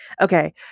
Okay